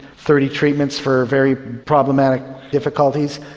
thirty treatments for very problematic difficulties.